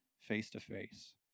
face-to-face